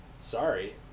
Sorry